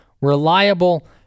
reliable